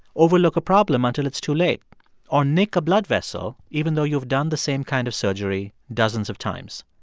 overlook a problem until it's too late or nick a blood vessel even though you've done the same kind of surgery dozens of times.